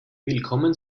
willkommen